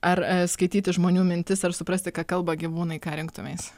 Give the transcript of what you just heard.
ar skaityti žmonių mintis ar suprasti ką kalba gyvūnai ką rinktumeis